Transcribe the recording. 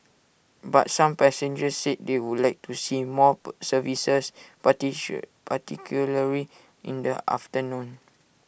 but some passengers said they would like to see more services particularly in the afternoon